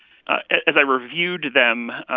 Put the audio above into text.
as i reviewed them,